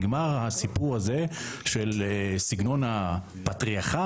נגמר הסיפור הזה של סגנון הפטריאכל.